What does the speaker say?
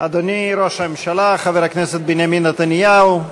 אדוני ראש הממשלה חבר הכנסת בנימין נתניהו,